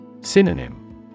Synonym